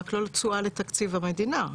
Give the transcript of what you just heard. רק לא תשואה לתקציב המדינה.